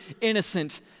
innocent